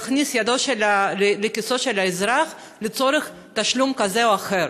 להכניס יד לכיסו של האזרח לצורך תשלום כזה או אחר.